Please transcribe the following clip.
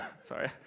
Sorry